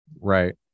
Right